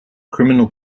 criminal